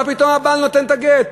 מה פתאום הבעל נותן את הגט,